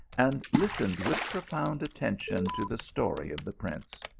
and listened with profound at tention to the story of the prince.